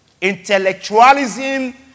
Intellectualism